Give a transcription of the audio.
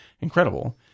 incredible